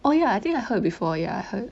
oh ya I think I heard before ya I heard